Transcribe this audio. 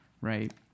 right